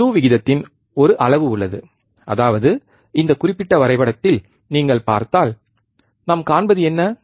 slew விகிதத்தின் ஒரு அளவு உள்ளது அதாவது இந்தக் குறிப்பிட்ட வரைபடத்தில் நீங்கள் பார்த்தால் நாம் காண்பது என்ன